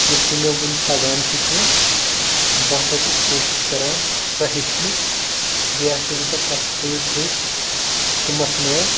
یُس نہٕ مےٚ وٕنہِ تَگان چھِ کیٚنٛہہ بہٕ ہَسا چھُس کوٗشِش کَران سَہ ہیٚچھنٕچ بیٚیہِ ہَسا چھُس بہٕ تَتھ سۭتۍ سۭتۍ تُمَکھ نٲر